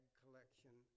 collection